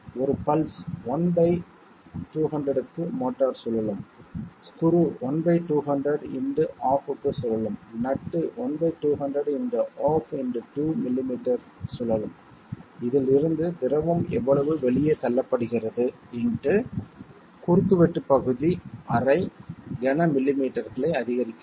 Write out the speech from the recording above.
ஒரு பல்ஸ் 1200 க்கு மோட்டார் சுழலும் ஸ்குரு 1200 × ½ க்கு சுழலும் நட்டு 1200 × ½ × 2 மில்லிமீட்டர் சுழலும் இதில் இருந்து திரவம் எவ்வளவு வெளியே தள்ளப்படுகிறது × குறுக்கு வெட்டு பகுதி ½ கன மில்லிமீட்டர்களை அதிகரிக்கிறது